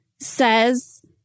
says